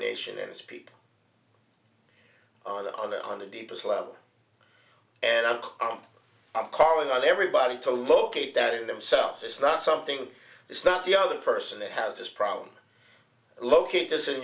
nation and its people on the on the on the deepest level and i'm i'm i'm calling on everybody to locate that in themselves it's not something it's not the other person that has this problem locate this in